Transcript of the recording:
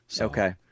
okay